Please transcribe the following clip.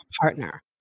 partner